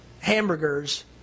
hamburgers